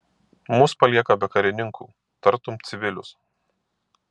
mus palieka be karininkų tartum civilius